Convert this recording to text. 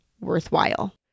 worthwhile